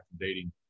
dating